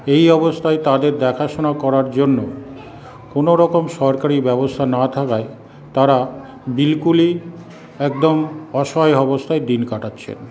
এই অবস্থায় তাদের দেখাশোনা করার জন্য কোনোরকম সরকারি ব্যবস্থা না থাকায় তারা বিলকুলই একদম অসহায় অবস্থায় দিন কাটাচ্ছে